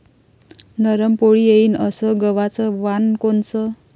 नरम पोळी येईन अस गवाचं वान कोनचं?